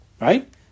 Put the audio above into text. Right